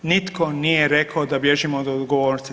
Nitko nije rekao da bježimo od odgovornosti.